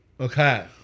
Okay